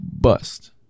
Bust